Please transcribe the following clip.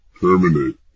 Terminate